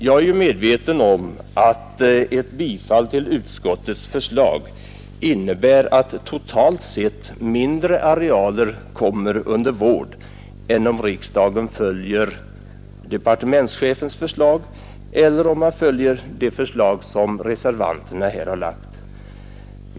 Jag är medveten om att ett bifall till utskottets förslag innebär att totalt sett mindre arealer kommer ”under vård” än om riksdagen följer departementschefens eller reservanternas förslag.